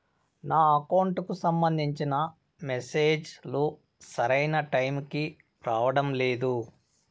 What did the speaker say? నా అకౌంట్ కు సంబంధించిన మెసేజ్ లు సరైన టైము కి రావడం లేదు